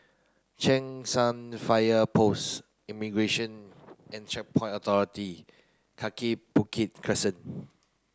Cheng San Fire Post Immigration and Checkpoint Authority Kaki Bukit Crescent